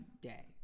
day